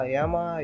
Yama